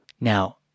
Now